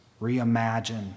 reimagine